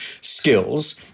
skills